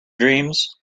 dreams